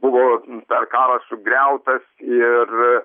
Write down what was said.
buvo per karą sugriautas ir